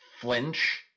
flinch